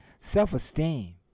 self-esteem